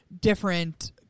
different